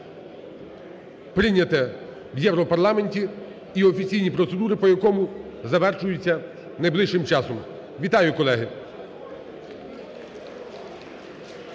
прийняте в Європарламенті і офіційні процедури по якому завершуються найближчим часом. Вітаю, колеги!